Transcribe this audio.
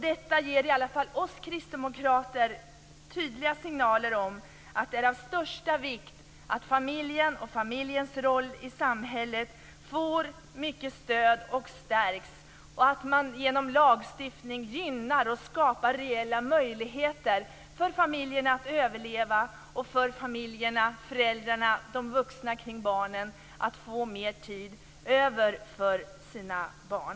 Detta ger i alla fall oss kristdemokrater tydliga signaler om att det är av största vikt att familjen och familjens roll i samhället får mycket stöd och stärks. Man skall genom lagstiftning gynna och skapa reella möjligheter för familjerna att överleva. Det handlar om att föräldrarna, de vuxna kring barnen, får mer tid över för sina barn.